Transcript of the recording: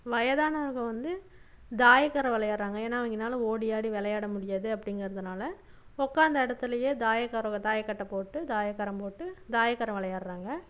வயதானவங்க வந்து தாயக்கர விளையாடுறாங்க ஏன்னா அவங்கனால ஓடி ஆடி விளையாட முடியாது அப்டிங்கிறதுனால் உட்காந்த இடத்துலையே தாயக்கர தாயக்கட்டம் போட்டு தாயக்கரம் போட்டு தாயக்கரம் விளையாடுறாங்க